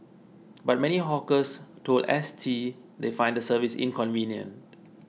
but many hawkers told S T they find the service inconvenient